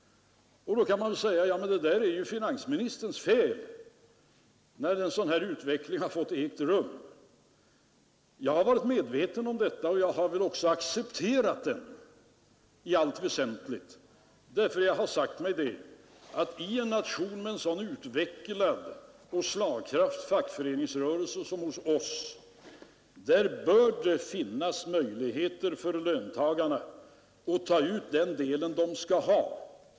Då kan man säga: Men det är ju finansministerns fel att en sådan här utveckling har fått äga rum. Ja, jag har varit medveten om denna utveckling, och jag har väl också accepterat den i allt väsentligt, därför att jag har sagt mig att i en nation med en så utvecklad och slagkraftig fackföreningsrörelse som den svenska bör det finnas möjligheter för löntagarna att ta ut den del de skall ha.